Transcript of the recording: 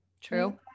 true